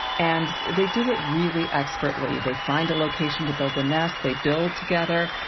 and they do it really expertly, they find a location to build the nest, they built together,